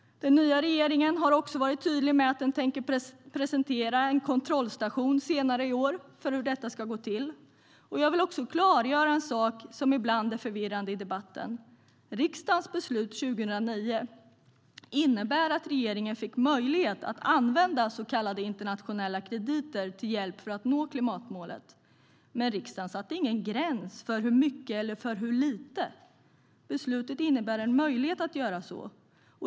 Den nya regeringen har också varit tydlig med att den tänker presentera en kontrollstation senare i år för hur detta ska gå till. Jag vill också klargöra en sak som ibland är förvirrande i debatten. Riksdagens beslut 2009 innebar att regeringen fick möjlighet att använda så kallade internationella krediter till hjälp för att nå klimatmålet, men riksdagen satte ingen gräns för hur mycket eller för hur lite. Beslutet innebär bara en möjlighet att göra så.